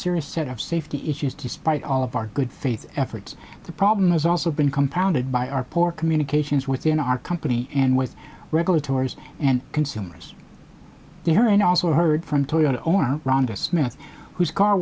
serious set of safety issues despite all of our good faith efforts the problem has also been compounded by our poor communications within our company and with regulatory and consumers there and also heard from toyota owners rhonda smith whose car